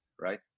right